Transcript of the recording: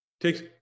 Takes